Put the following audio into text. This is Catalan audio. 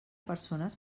persones